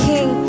King